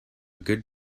good